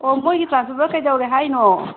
ꯑꯣ ꯃꯣꯏꯒꯤ ꯇ꯭ꯔꯥꯟꯐꯣꯔꯃꯔ ꯀꯩꯗꯧꯔꯦ ꯍꯥꯏꯅꯣ